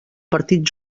partit